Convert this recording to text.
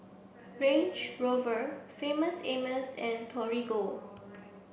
Range Rover Famous Amos and Torigo